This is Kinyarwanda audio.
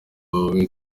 bubi